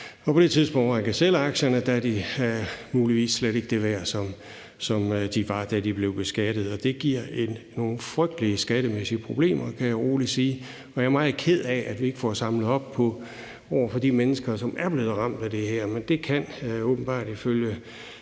på det tidspunkt, han kan sælge aktierne, er de muligvis slet ikke det værd, som de var, da de blev beskattet. Det giver nogle frygtelige skattemæssige problemer, kan jeg roligt sige, og jeg er meget ked af, at vi ikke får samlet op på det over for de mennesker, som er blevet ramt af det her.